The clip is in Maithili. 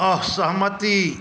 असहमति